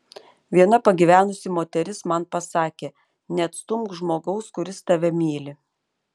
viena pagyvenusi moteris man pasakė neatstumk žmogaus kuris tave myli